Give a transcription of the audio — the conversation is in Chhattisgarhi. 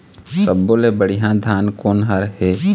सब्बो ले बढ़िया धान कोन हर हे?